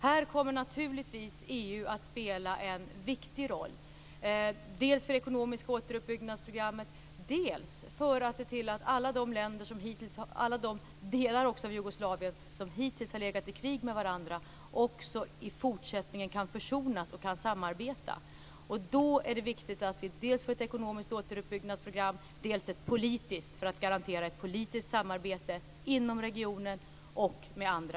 Här kommer naturligtvis EU att spela en viktig roll dels för det ekonomiska återuppbyggnadsprogrammet, dels för att se till att alla de delar av Jugoslavien som hittills legat i krig med varandra i fortsättningen kan försonas och samarbeta. Då är det viktigt att vi får dels ett ekonomiskt återuppbyggnadsprogram, dels ett politiskt för att garantera politiskt samarbete inom regionen och med andra